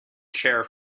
chair